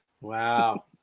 Wow